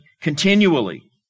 continually